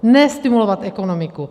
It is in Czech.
Ne stimulovat ekonomiku.